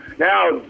Now